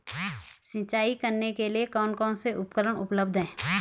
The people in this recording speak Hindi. सिंचाई करने के लिए कौन कौन से उपकरण उपलब्ध हैं?